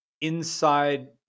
inside